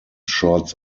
shorts